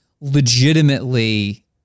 legitimately